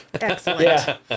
Excellent